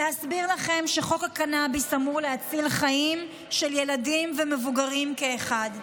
להסביר לכם שחוק הקנביס אמור להציל חיים של ילדים ומבוגרים כאחד,